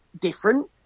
different